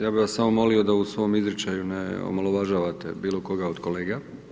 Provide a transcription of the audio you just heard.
Ja bi samo molio da u svom izričaju ne omalovažavate bilo koga od kolega.